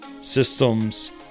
systems